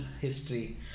history